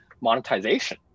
monetization